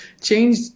change